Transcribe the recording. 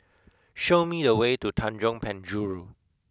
show me the way to Tanjong Penjuru